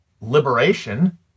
liberation